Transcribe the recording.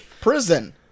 Prison